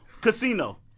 casino